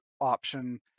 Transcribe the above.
option